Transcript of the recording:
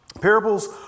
Parables